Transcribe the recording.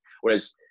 whereas